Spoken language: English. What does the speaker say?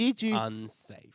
unsafe